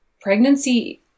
pregnancy